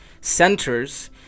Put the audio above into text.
centers